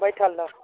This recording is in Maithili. बैठल रह